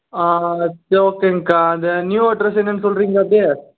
சரி ஒகேங்கா அந்த நியூ அட்ரஸ் என்னென்னு சொல்லுறீங்களா அப்படியே